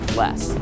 less